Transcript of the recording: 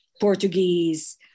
Portuguese